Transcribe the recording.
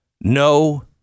no